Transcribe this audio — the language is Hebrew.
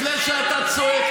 לפני שאתה צועק,